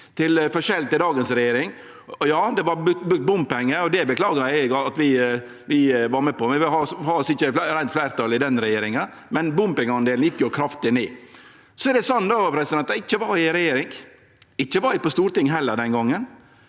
det var bompengar, og det beklagar eg at vi var med på. Vi hadde altså ikkje reint fleirtal i den regjeringa, men bompengeandelen gjekk jo kraftig ned. Så er det slik at eg ikkje var i regjering, og ikkje var eg på Stortinget heller den gongen.